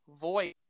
voice